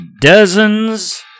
dozens